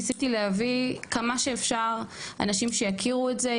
ניסיתי להביא כמה שאפשר אנשים שיכירו את זה,